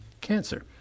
cancer